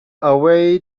away